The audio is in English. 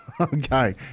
Okay